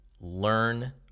learn